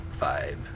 vibe